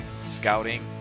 scouting